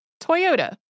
Toyota